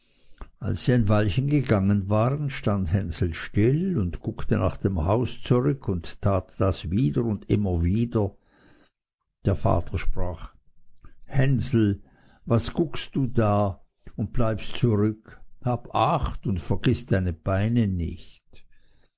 als sie ein weilchen gegangen waren stand hänsel still und guckte nach dem haus zurück und tat das wieder und immer wieder der vater sprach hänsel was guckst du da und bleibst zurück hab acht und vergiß deine beine nicht